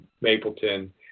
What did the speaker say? mapleton